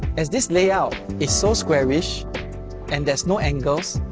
as this layout is so squarish and there's no angles,